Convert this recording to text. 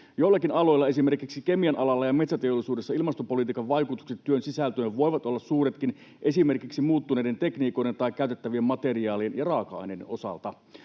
Joillakin aloilla, esimerkiksi kemian alalla ja metsäteollisuudessa, ilmastopolitiikan vaikutukset työn sisältöön voivat olla suuretkin esimerkiksi muuttuneiden tekniikoiden tai käytettävien materiaalien ja raaka-aineiden osalta.